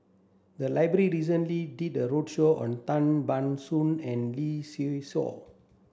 the library recently did a roadshow on Tan Ban Soon and Lee Seow Ser